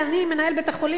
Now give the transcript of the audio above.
מנהל בית-החולים,